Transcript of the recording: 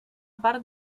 part